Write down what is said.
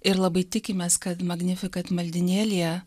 ir labai tikimės kad magnificat maldynėlyje